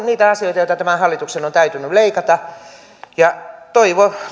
niitä asioita joista tämän hallituksen on on täytynyt leikata toivon